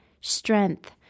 strength